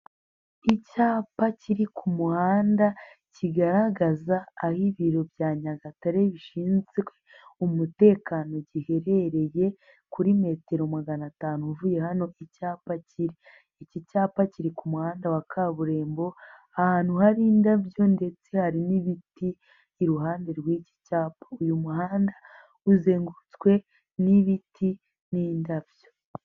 Icyapa kiri ku muhanda kigaragaza aho ibiro bya Nyagatare bishinzwe umutekano giherereye kuri metero magana atanu uvuye hano icyapa iki cyapa kiri, iki cyapa kiri ku muhanda wa kaburimbo ahantu hari indabyo ndetse hari n'ibiti iruhande rw'iki cyapa, uyu muhanda uzengurutswe n'ibiti n'indabyo.